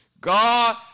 God